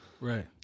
right